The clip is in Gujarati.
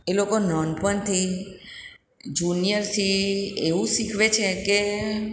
એ લોકો નાનપણથી જુનિયરથી એવું શીખવે છે કે